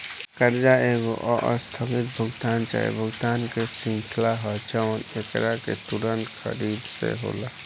कर्जा एगो आस्थगित भुगतान चाहे भुगतान के श्रृंखला ह जवन एकरा के तुंरत खरीद से होला